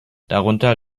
darunter